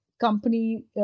company